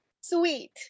sweet